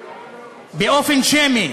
באופן שמי.